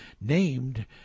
named